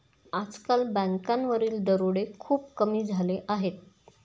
आजकाल बँकांवरील दरोडे खूप कमी झाले आहेत